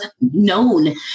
known